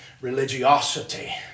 Religiosity